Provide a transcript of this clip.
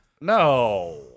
No